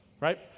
Right